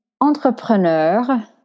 entrepreneur